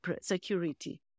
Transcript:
security